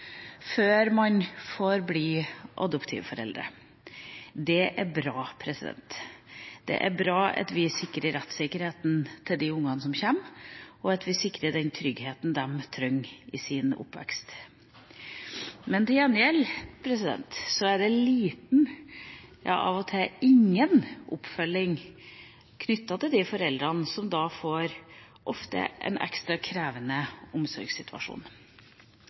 før man får bli adoptivforeldre. Det er bra. Det er bra at vi sikrer rettssikkerheten til de barna som kommer, og at vi sikrer den tryggheten de trenger i sin oppvekst. Men til gjengjeld er det liten, ja av og til ingen, oppfølging knyttet til de foreldrene som da ofte får en ekstra krevende omsorgssituasjon.